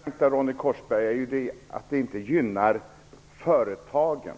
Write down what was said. Herr talman! Det intressanta, Ronny Korsberg, är att det inte gynnar företagen